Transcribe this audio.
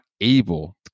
able